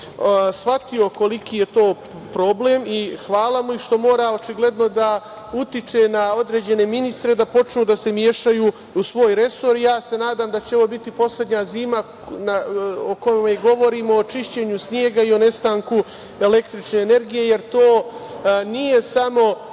hvala mu, i što mora očigledno da utiče na određene ministre da počnu da se mešaju u svoj resor. Ja se nadam da će ovo biti poslednja zima u kojoj govorimo o čišćenju snega i o nestanku električne energije, jer to nije samo